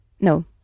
No